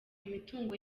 imitungo